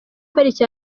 pariki